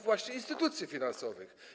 Właśnie instytucji finansowych.